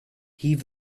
heave